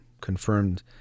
confirmed